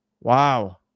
Wow